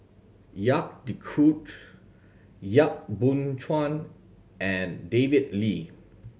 Jacques De Coutre Yap Boon Chuan and David Lee